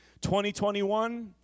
2021